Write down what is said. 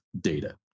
data